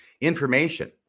information